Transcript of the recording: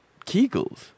Kegels